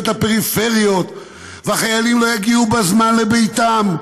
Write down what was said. בפריפריות והחיילים לא יגיעו בזמן לביתם.